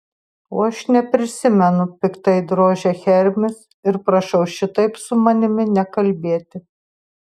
o aš neprisimenu piktai drožia hermis ir prašau šitaip su manimi nekalbėti